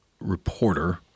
reporter